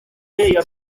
ntego